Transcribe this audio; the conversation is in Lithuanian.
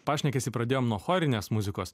pašnekesį pradėjom nuo chorinės muzikos